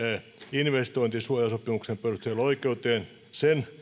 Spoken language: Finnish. investointisuojasopimuksen perusteella oikeuteen sen